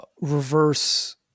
reverse